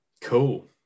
Cool